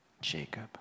Jacob